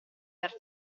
dar